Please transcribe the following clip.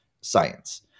science